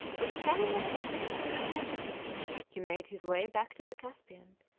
with a caravan of six hundred camels he made his way back to the caspian,